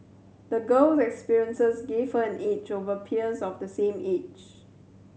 the girl experiences gave her an edge over peers of the same age